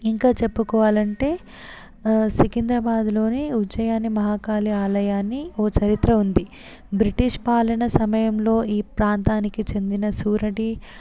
ఇంకా చెప్పుకోవాలంటే సికింద్రాబాద్లోనే ఉజ్జయిని మహాకాళి ఆలయాన్ని ఓ చరిత్ర ఉంది బ్రిటిష్ పాలన సమయంలో ఈ ప్రాంతానికి చెందిన సూరడీ